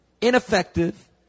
ineffective